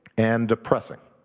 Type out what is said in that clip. and depressing.